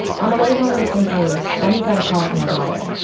on the way home to st. lewis, bunnie got a call from her daughter,